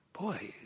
boy